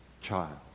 child